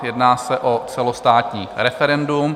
Jedná se o celostátní referendum.